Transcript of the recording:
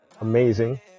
amazing